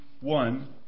one